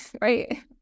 right